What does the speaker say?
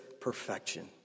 perfection